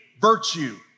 virtue